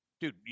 Dude